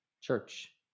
church